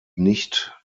nicht